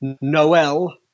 Noel